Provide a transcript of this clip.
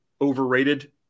overrated